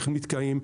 איך נתקעים.